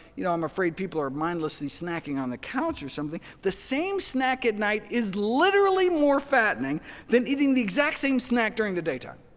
you know, i'm afraid people are mindlessly snacking on the couch or something. the same snack at night is literally more fattening than eating the exact same snack during the daytime,